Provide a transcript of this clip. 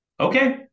okay